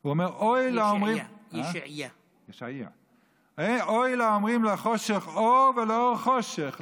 הוא אומר: הוי לאומרים לחושך אור ולאור חושך,